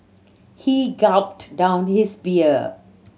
he gulped down his beer